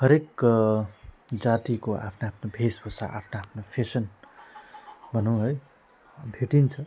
हरेक जातिको आफ्नो आफ्नो भेषभूषा आफ्नो आफ्नो फेसन भनौँ है भेटिन्छ